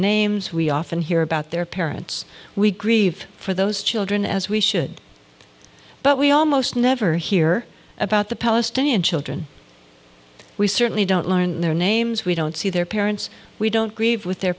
names we often hear about their parents we grieve for those children as we should but we almost never hear about the palestinian children we certainly don't learn their names we don't see their parents we don't grieve with their